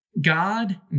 God